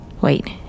Wait